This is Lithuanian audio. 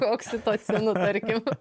oksitocinu tarkim